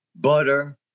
butter